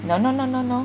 no no no no no